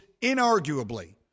inarguably